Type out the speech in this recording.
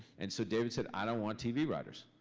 and so david said, i don't want tv writers.